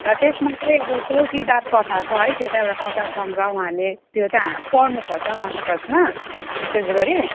र त्यसमा चाहिँ अब चौकीदार कथा छ है त्यो चाहिँ एउटा कथा सङ्ग्रह उहाँले त्यो चाहिँ हा पढ्नुपर्छ मास्टर्समा विशेष गरी